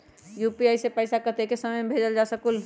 UPI से पैसा कतेक समय मे भेजल जा स्कूल?